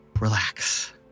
Relax